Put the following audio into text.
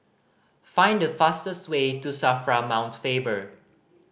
find the fastest way to SAFRA Mount Faber